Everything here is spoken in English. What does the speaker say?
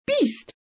beast